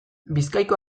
bizkaiko